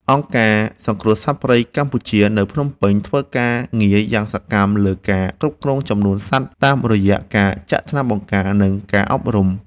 អង្គការសង្គ្រោះសត្វកម្ពុជា នៅភ្នំពេញ ធ្វើការងារយ៉ាងសកម្មលើការគ្រប់គ្រងចំនួនសត្វតាមរយៈការចាក់ថ្នាំបង្ការ និងការអប់រំ។